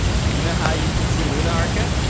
deny you can see